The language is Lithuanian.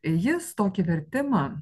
jis tokį vertimą